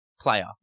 player